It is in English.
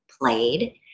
played